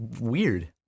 weird